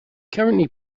currently